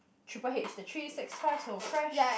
triple H the three six five so fresh